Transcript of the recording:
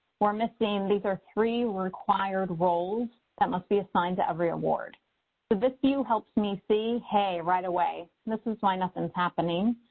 we're missing, these are three required roles that must be assigned to every award this view helps me see, hey right away, this is why nothing's happening